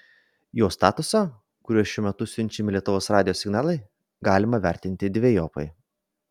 jo statusą kuriuo šiuo metu siunčiami lietuvos radijo signalai galima vertinti dvejopai